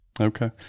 Okay